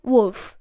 Wolf